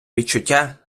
відчуття